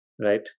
right